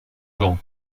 ans